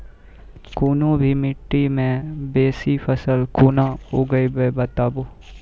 कूनू भी माटि मे बेसी फसल कूना उगैबै, बताबू?